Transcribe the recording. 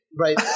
Right